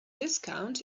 discount